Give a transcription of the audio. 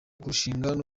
kurushingana